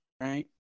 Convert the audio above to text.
right